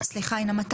סליחה אינה,